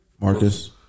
Marcus